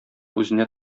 үзенә